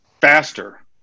faster